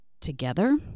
together